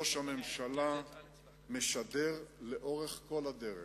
ראש הממשלה משדר לאורך כל הדרך,